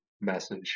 message